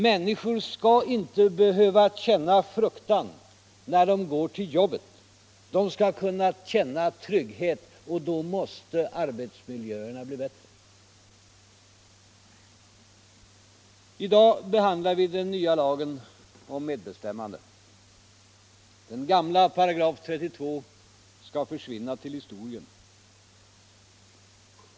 Människor skall inte behöva känna fruktan när de går till jobbet. De skall kunna känna trygghet. Och då måste arbetsmiljön bli bättre. I dag behandlar vi den nya lagen om medbestämmande. Den gamla § 32 skall försvinna till historien.